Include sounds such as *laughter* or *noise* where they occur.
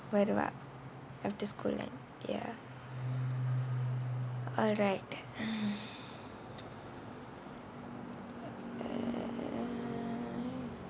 வருவா:varuvaa after school end ya alright *breath* uh